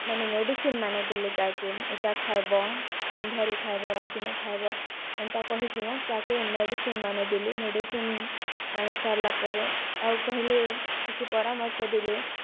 ମାନେ ମେଡ଼ିସିନ୍ ମାନେ ଦେଲେ ତାହାକେ ଇ'ଟା ଖାଏବ ସନ୍ଧ୍ୟାରେ ଖାଏବ ରାତିନେ ଖାଏବ ଏନ୍ତା କହିକିନା ତାହାକେ ମେଡ଼ିସିନ୍ ମାନେ ଦେଲେ ମେଡ଼ିସିନ୍ ଆଣି ସାର୍ଲା ପରେ ଆଉ କହେଲେ କିଛି ପରାମର୍ଶ ଦେଲେ